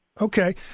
Okay